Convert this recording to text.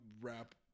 rap